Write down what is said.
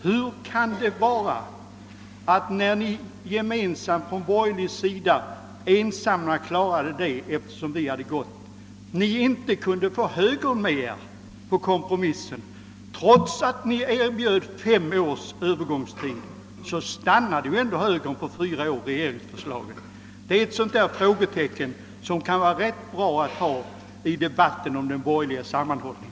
Hur kan det komma sig att ni från de borgerliga partiernas sida, när ni skulle klara denna fråga — eftersom vi hade gått — inte kunde få högern med er på kompromissen? Trots att ni erbjöd fem års övergångstid stannade högern för regeringens förslag om fyra år. Ett sådant förhållande kan det vara rätt bra att framhålla i debatten om den borgerliga sammanhållningen.